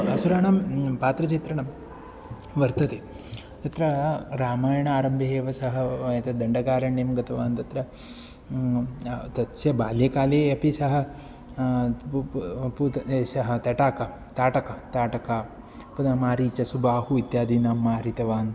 असुराणां पात्रचित्रणं वर्तते तत्र रामायणस्य आरम्भे एव सः एतत् दण्डकारण्यं गतवान् तत्र तस्य बाल्यकाले अपि सः पु पूर्वं पूतना एषः तटाकः ताटका ताटका पुनः मारीचः सुबाहुः इत्यादीनां मारितवान्